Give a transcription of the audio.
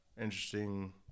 interesting